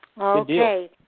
Okay